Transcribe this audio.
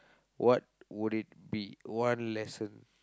what would it be one lesson